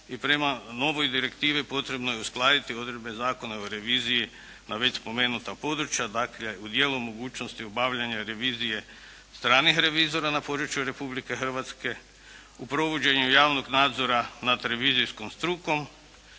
i prema novoj direktivi potrebno je uskladiti odredbe Zakona o reviziji na već spomenuta područja, dakle u dijelu mogućnosti obavljanja revizije stranih revizora na području Republike Hrvatske, u provođenju javnog nadzora nad revizijskom strukom